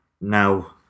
now